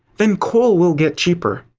then coal will get cheaper.